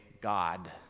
God